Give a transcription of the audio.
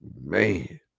man